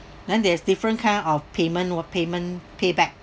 then there is different kind of payment or payment payback